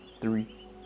three